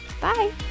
Bye